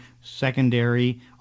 secondary